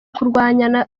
kurwanya